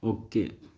okay